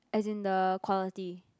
as in the quality